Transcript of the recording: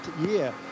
year